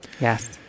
Yes